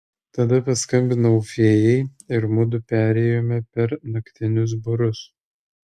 tada paskambinau fėjai ir mudu perėjome per naktinius barus